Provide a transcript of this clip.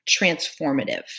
transformative